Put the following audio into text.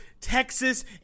Texas